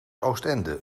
oostende